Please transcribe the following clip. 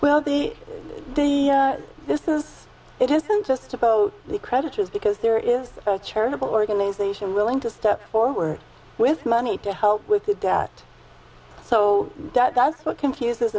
well the day this is it isn't just about the creditors because there is a charitable organization willing to step forward with money to help with the debt so that's what confuses